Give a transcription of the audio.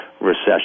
recession